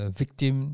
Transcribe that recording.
victim